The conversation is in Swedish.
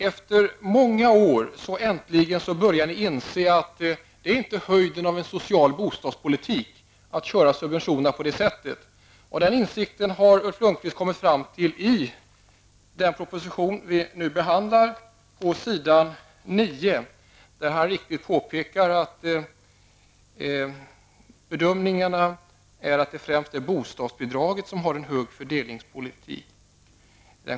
Efter många år började ni äntligen inse att det inte är bostadspolitik på högsta nivå att hantera bostadssubventionerna så som ni har gjort. Denna insikt har Ulf Lönnqvist kommit fram till i den proposition, vars förslag vi nu behandlar. På s. 9 påpekar Ulf Lönnqvist: ''Enligt utredningens bedömningar är det främst bostadsbidragen som har en hög fördelningspolitisk precision.